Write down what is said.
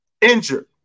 injured